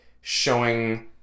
showing